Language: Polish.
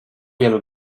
wielu